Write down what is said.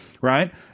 right